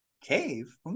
Cave